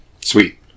Sweet